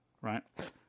right